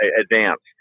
advanced